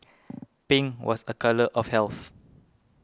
pink was a colour of health